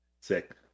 Sick